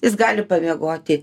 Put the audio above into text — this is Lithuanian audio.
jis gali pamiegoti